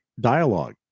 dialogue